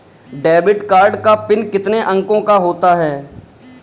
Debit card का PIN कितने अंकों का होता है?